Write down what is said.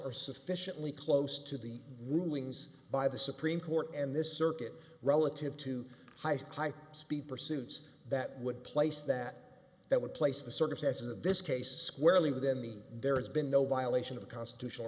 are sufficiently close to the rulings by the supreme court and this circuit relative to high school speed pursuits that would place that that would place the circumstances of this case squarely within the there has been no violation of constitutional